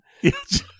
Yes